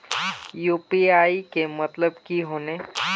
UPI के मतलब की होने?